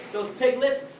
those piglets.